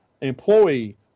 employee